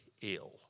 ill